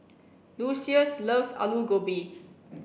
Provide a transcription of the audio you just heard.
Lucious loves Alu Gobi